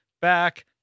back